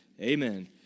amen